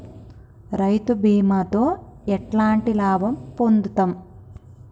రైతు బీమాతో ఎట్లాంటి లాభం పొందుతం?